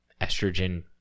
estrogen